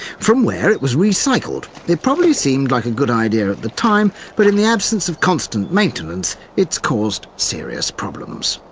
from where it was recycled. it probably seemed like a good idea at the time, but in the absence of constant maintenance, it's caused serious problems.